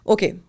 Okay